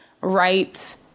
right